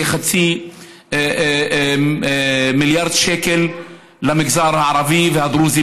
כחצי מיליארד שקל למגזר הערבי והדרוזי